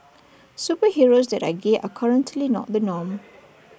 superheroes that are gay are currently not the norm